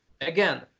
again